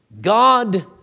God